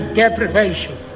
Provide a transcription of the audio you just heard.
deprivation